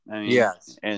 Yes